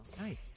Nice